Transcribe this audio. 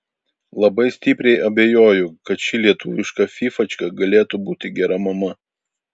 labai stipriai abejoju kad ši lietuviška fyfačka galėtų būti gera mama